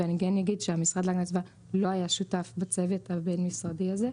ואני כן אגיד שהמשרד להגנת הסביבה לא היה שותף בצוות הבין-משרדי הזה.